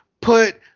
put